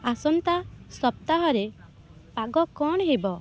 ଆସନ୍ତା ସପ୍ତାହରେ ପାଗ କ'ଣ ହେବ